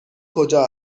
کجا